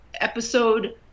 episode